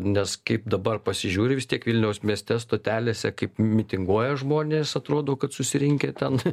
nes kaip dabar pasižiūri vis tiek vilniaus mieste stotelėse kaip mitinguoja žmonės atrodo kad susirinkę ten